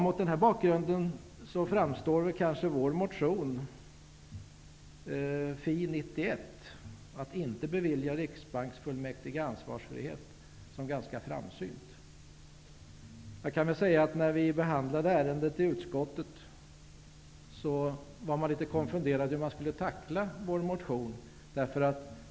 Mot den här bakgrunden framstår kanske vår motion Fi91, som handlar om att inte bevilja Riksbanksfullmäktige ansvarsfrihet, som ganska framsynt. När vi behandlade ärendet i utskottet var man litet konfunderad över hur man skulle tackla vår motion.